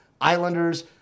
Islanders